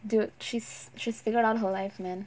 dude she's she's figured out her life man